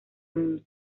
mundo